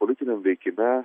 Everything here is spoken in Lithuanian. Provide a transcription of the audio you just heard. politiniam veikime